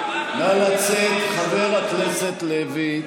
נא לצאת, חבר הכנסת לוי.